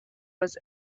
was